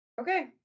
Okay